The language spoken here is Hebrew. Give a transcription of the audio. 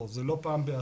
לא, זה לא פעם בעשור.